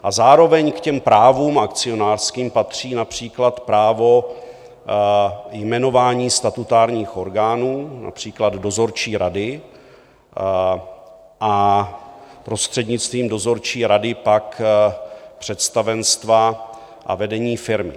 A zároveň k těm právům akcionářským patří například právo jmenování statutárních orgánů, například dozorčí rady, a prostřednictvím dozorčí rady pak představenstva a vedení firmy.